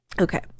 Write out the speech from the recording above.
Okay